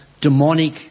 demonic